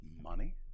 money